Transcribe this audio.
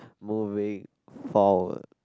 moving forward